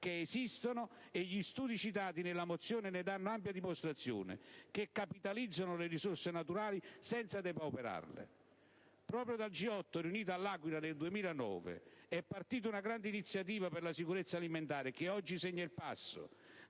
che esistono, e gli studi citati nella mozione ne danno ampia dimostrazione - che capitalizzano le risorse naturali senza depauperarle. Proprio dal G8 riunito all'Aquila nel 2009 è partita una grande iniziativa per la sicurezza alimentare che oggi segna il passo: